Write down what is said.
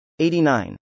89